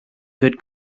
good